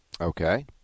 Okay